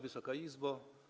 Wysoka Izbo!